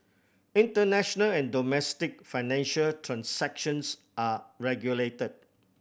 international and domestic financial transactions are regulated